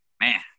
man